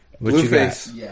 Blueface